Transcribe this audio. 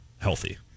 Healthy